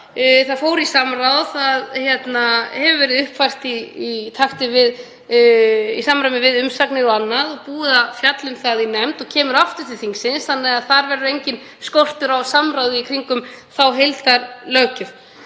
mál fór í samráð. Það hefur verið uppfært í samræmi við umsagnir og annað og búið að fjalla um það í nefnd og mun koma aftur til þingsins, þannig að það verður enginn skortur á samráði í kringum þá heildarlöggjöf.